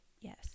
yes